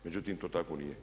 Međutim, to tako nije.